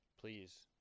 Please